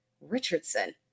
Richardson